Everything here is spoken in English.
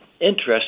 interest